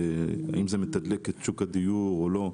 האם זה מתדלק את שוק הדיור או לא.